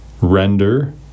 render